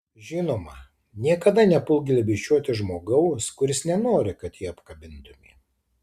žinoma niekada nepulk glėbesčiuoti žmogaus kuris nenori kad jį apkabintumei